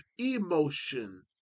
emotion